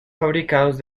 fabricados